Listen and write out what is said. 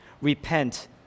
repent